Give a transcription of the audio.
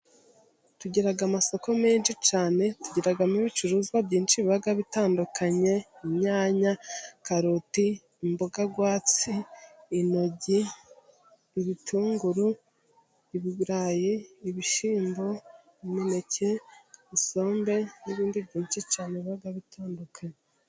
Tugira amasoko menshi cyane, tugiramo ibicuruzwa byinshi biba bitandukanye, inyanya, karoti, imboga rwatsi, intoryi, ibitunguru, ibirayi, ibishyimbo, imineke, isombe, n'ibindi byinshi cyane biba bitandukanye.